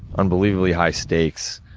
unbelievably high stakes.